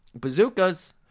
bazookas